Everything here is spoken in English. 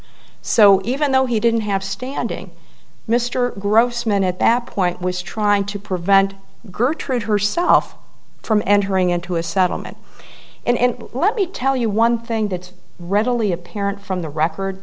so even though he didn't have standing mr grossman at that point was trying to prevent gertrude herself from entering into a settlement and let me tell you one thing that's readily apparent from the record